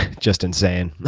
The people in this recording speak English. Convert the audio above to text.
just insane.